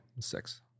Six